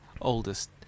oldest